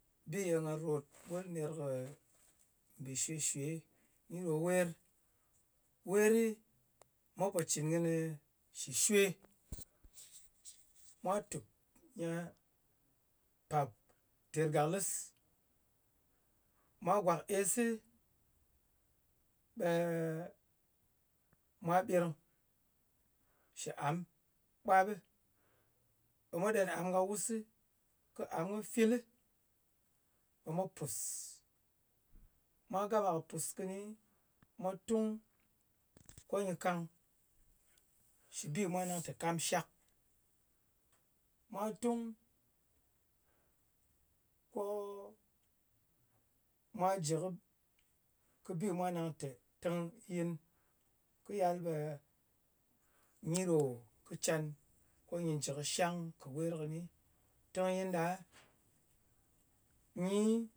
Bi ye nga ròt kwat nèr kɨ mbì shwe-shwe nyi ɗo wer. Weri, mwa pò cɨn kɨnɨ shɨ shwe. Mwa tǝp, ter gaklɨs. Mwa gwak esi, ɓe mwa ɓyirng shɨ am ɓwap ɓɨ. Ɓe mwa ɗen am ka wusi, ko am kɨ filɨ, ɓe mwa pùs. Mwa gama kɨ pus kɨni, mwa tung ko nyɨ kang shɨ bi mwa nang tɛ kàmshak. Mwa tung ko mwa jɨ kɨ bi mwa nang te tɨngyɨn. Kɨ yal ɓe nyi ɗò kɨ can, ko nyɨ jɨ kɨ shang kɨ wer kɨnɨ. Tɨnyin ɗa, nyi